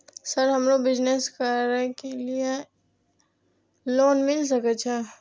Sir हमरो business करके ली ये लोन मिल सके छे?